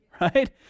Right